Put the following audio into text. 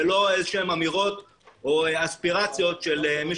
ולא איזה שהן אמירות או אספירציות של מי